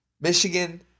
Michigan